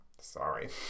Sorry